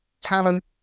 talent